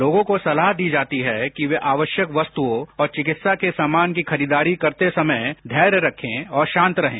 लोगों को सलाह दी जाती है कि वे आवश्यक वस्तुओं और चिकित्सा को सामान की खरीददारी करते समय धैर्य रखें और शांत रहें